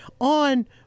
on